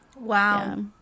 Wow